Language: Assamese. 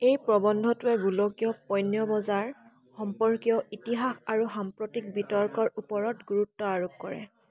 এই প্ৰবন্ধটোৱে গোলকীয় পণ্য বজাৰ সম্পৰ্কীয় ইতিহাস আৰু সাম্প্ৰতিক বিতৰ্কৰ ওপৰত গুৰুত্ব আৰোপ কৰে